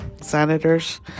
senators